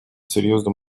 серьезным